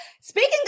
speaking